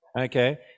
Okay